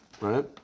right